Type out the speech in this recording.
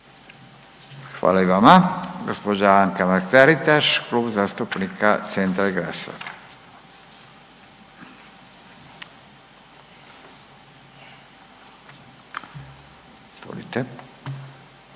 Hvala i vama. Gospođa Anka Mrak-Taritaš, Klub zastupnika Centra i GLAS-a.